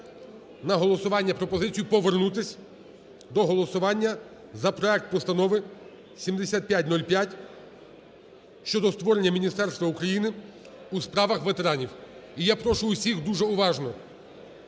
на голосування пропозицію повернутись до голосування за проект Постанови 7505 щодо створення Міністерства України у справах ветеранів. І я прошу усіх дуже уважно